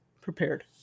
prepared